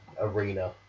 arena